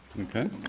Okay